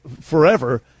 forever